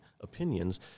opinions